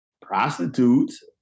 prostitutes